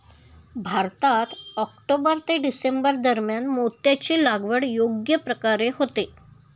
भारतात ऑक्टोबर ते डिसेंबर दरम्यान मोत्याची लागवड योग्य प्रकारे होते